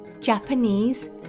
Japanese